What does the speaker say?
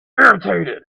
irritated